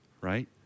right